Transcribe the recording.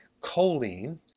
choline